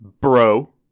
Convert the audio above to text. bro